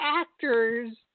actors